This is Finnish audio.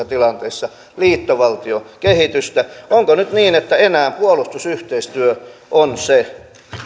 tilanteissa liittovaltiokehitystä onko nyt niin että puolustusyhteistyö